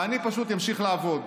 ואני פשוט אמשיך לעבוד.